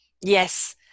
Yes